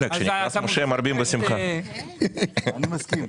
בבקשה, תסביר.